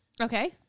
Okay